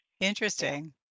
Interesting